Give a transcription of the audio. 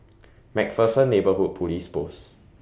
MacPherson Neighbourhood Police Post